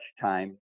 time